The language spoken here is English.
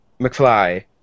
McFly